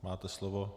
Máte slovo.